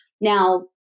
Now